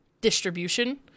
Distribution